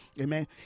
amen